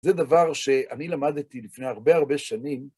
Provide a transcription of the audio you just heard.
זה דבר שאני למדתי לפני הרבה הרבה שנים.